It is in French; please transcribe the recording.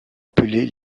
appelés